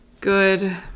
good